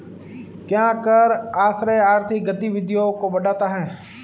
क्या कर आश्रय आर्थिक गतिविधियों को बढ़ाता है?